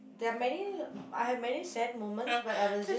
there are many I have many sad moments but I will just